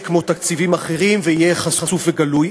כמו תקציבים אחרים ויהיה חשוף וגלוי,